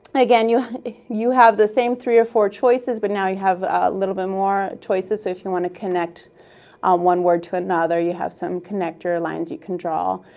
again, you you have the same three or four choices, but now you have a little bit more choices. if you want to connect um one word to another, you have some connector lines you can draw.